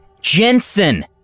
Jensen